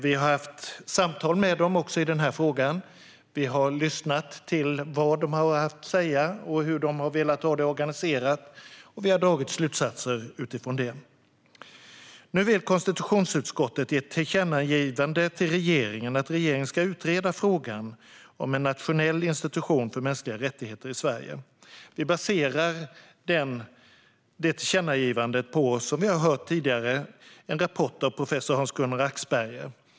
Vi har haft samtal med dem även i denna fråga. Vi har lyssnat till vad de har haft att säga och hur de har velat ha det organiserat, och vi har dragit slutsatser utifrån det. Konstitutionsutskottet vill att riksdagen riktar ett tillkännagivande till regeringen om att regeringen ska utreda frågan om en nationell institution för mänskliga rättigheter i Sverige. Vi baserar detta på den rapport av professor Hans-Gunnar Axberger som vi hört om tidigare i debatten.